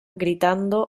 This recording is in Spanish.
gritando